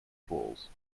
pools